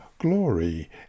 glory